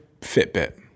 Fitbit